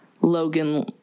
Logan